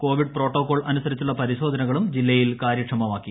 Covid protocol അനുസരിച്ചുള്ള പരിശ്രോൾനകളും ജില്ലയിൽ കാര്യക്ഷമമാക്കി